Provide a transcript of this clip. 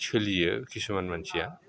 सोलियो किसुमान मानसिया